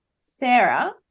Sarah